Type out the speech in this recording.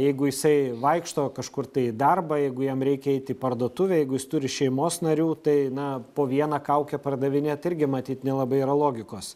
jeigu jisai vaikšto kažkur tai į darbą jeigu jam reikia eiti į parduotuvę jeigu jis turi šeimos narių tai na po vieną kaukę pardavinėt irgi matyt nelabai yra logikos